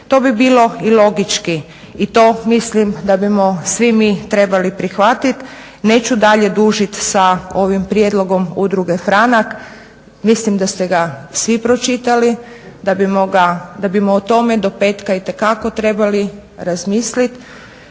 To bi bilo i logički i to mislim da bi smo svi mi prihvatit. Neću dalje dužit sa ovim prijedlogom "Udruge Franak", mislim da ste ga svi pročitali, da bi smo ga, da bi smo o tome do petaka itekako trebali razmislit,